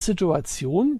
situation